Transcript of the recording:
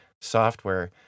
software